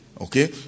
Okay